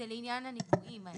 זה לעניין הניכויים.